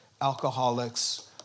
alcoholics